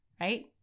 right